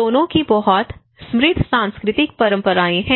दोनों की बहुत समृद्ध सांस्कृतिक परंपराएं हैं